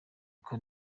kuko